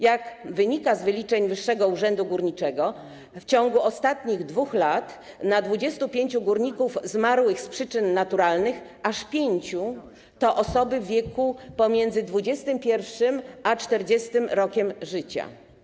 Jak wynika z wyliczeń Wyższego Urzędu Górniczego, w ciągu ostatnich 2 lat na 25 górników zmarłych z przyczyn naturalnych aż pięciu to osoby w wieku pomiędzy 21. a 40. rokiem życia.